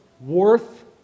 worth